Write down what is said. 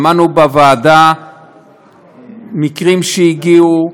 שמענו בוועדה מקרים שהגיעו.